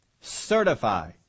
certify